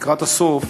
לקראת הסוף